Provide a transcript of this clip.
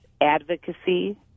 advocacy